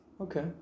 Okay